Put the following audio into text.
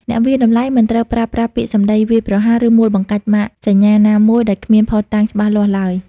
អ្នកវាយតម្លៃមិនត្រូវប្រើប្រាស់ពាក្យសម្តីវាយប្រហារ ឬមួលបង្កាច់ម៉ាកសញ្ញាណាមួយដោយគ្មានភស្តុតាងច្បាស់លាស់ឡើយ។